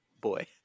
boy